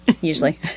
usually